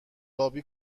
آبی